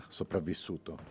sopravvissuto